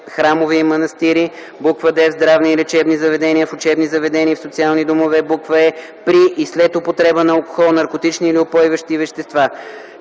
храмове и манастири; д) в здравни и лечебни заведения, в учебни заведения и в социални домове; е) при и след употреба на алкохол, наркотични или упойващи вещества;